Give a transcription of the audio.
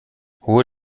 hohe